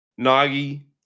Nagi